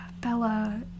Bella